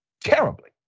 terribly